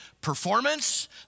performance